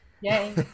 Yay